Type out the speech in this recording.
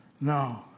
No